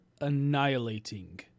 annihilating